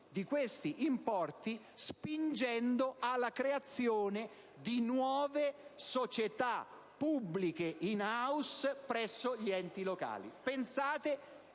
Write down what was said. di questi importi, spingendo alla creazione di nuove società pubbliche *in house* presso gli enti locali. Pensate